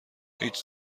هیچ